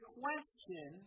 question